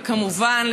וכמובן,